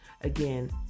again